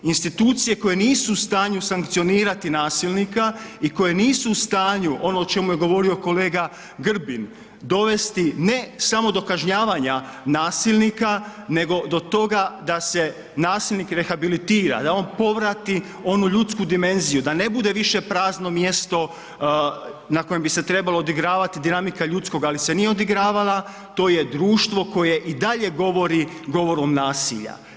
Institucije koje nisu u stanju sankcionirati nasilnika i koje nisu u stanju, ono o čemu je govorio kolega Grbin, dovesti ne samo do kažnjavanja nasilnika nego do toga da se nasilnik rehabilitira, da on povrati onu ljudsku dimenziju da ne bude više prazno mjesto na kojem bi se trebala odigravati dinamika ljudskoga ali se nije odigravala, to je društvo koje i dalje govori govorom nasilja.